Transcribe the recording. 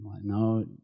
no